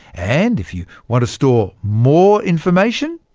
and if you want to store more information,